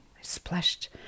splashed